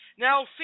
Now